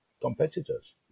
competitors